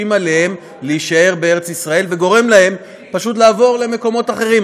עליהם להישאר בארץ-ישראל וגורמות להם לעבור למקומות אחרים.